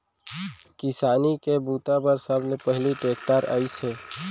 किसानी के बूता बर सबले पहिली टेक्टर आइस हे